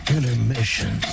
Intermission